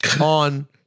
on